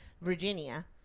Virginia